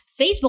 Facebook